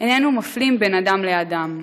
"איננו מפלים בין אדם לאדם.